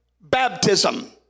baptism